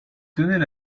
tenait